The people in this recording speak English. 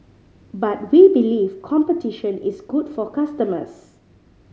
but we believe competition is good for customers